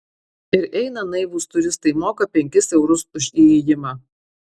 ir eina naivūs turistai moka penkis eurus už įėjimą